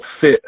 fit